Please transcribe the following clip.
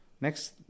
Next